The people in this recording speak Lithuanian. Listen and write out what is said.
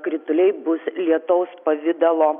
krituliai bus lietaus pavidalo